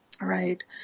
right